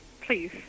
please